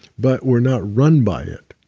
but we're not run by it.